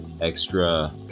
extra